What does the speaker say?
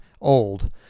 old